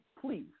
please